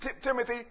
Timothy